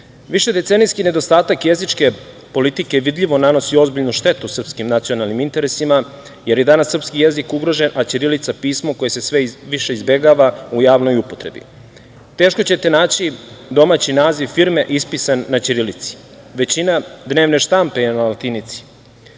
latinica. Višedecenijski nedostatak jezičke politike vidljivo nanosi ozbiljnu štetu srpskim nacionalnim interesima, jer je danas srpski jezik ugrožen, a ćirilica pismo koje se sve više izbegava u javnoj upotrebi. Teško ćete naći domaći naziv firme ispisan na ćirilici. Većina dnevne štampe je na latinici.